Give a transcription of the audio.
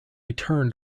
turned